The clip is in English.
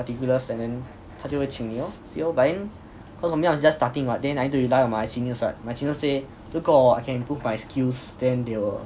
particulars and then 他就会请你咯 see lor but then cause I mean I'm just starting what then I need to rely on my seniors what my seniors say 如果我可以 improve my skills then they will